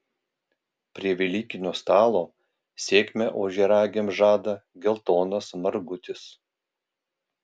prie velykinio stalo sėkmę ožiaragiams žada geltonas margutis